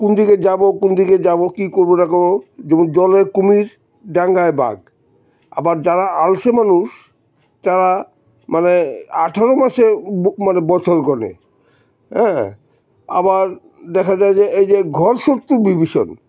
কোন দিকে যাবো কোন দিকে যাবো কী করবো না করবো যেমন জলের কুমির ডাঙ্গায় বাঘ আবার যারা আলসে মানুষ তারা মানে আঠারো মাসে মানে বছর গণে হ্যাঁ আবার দেখা যায় যে এই যে ঘর শত্রু বিভীষণ